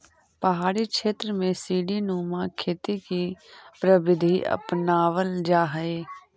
पहाड़ी क्षेत्रों में सीडी नुमा खेती की प्रविधि अपनावाल जा हई